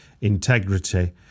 integrity